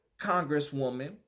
Congresswoman